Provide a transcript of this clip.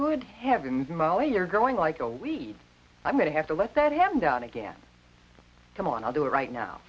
good heavens molly you're going like a weed i'm going to have to let that happen down again come on i'll do it right now